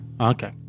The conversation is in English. okay